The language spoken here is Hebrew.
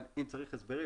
אבל אם צריך הסברים,